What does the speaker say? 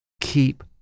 Keep